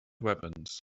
weapons